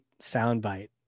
soundbite